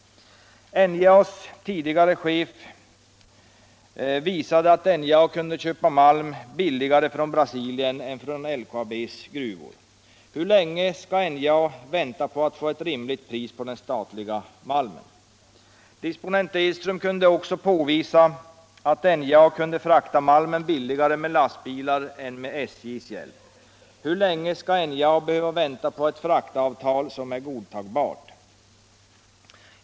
NJA:s tidigare chef visade att NJA kunde köpa malm billigare från Brasilien än från LKAB:s gruvor. Hur länge skall NJA vänta på att få ett rimligt pris på den statliga malmen? Disponent Edström kunde också påvisa att NJA kunde frakta malmen billigare med lastbilar än med SJ:s hjälp. Hur länge skall NJA behöva vänta på ett fraktavtal som är godtagbart?